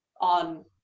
on